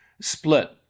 split